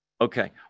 Okay